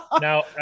Now